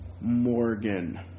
Morgan